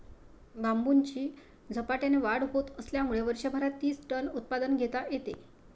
बांबूची झपाट्याने वाढ होत असल्यामुळे वर्षभरात तीस टन उत्पादन घेता येते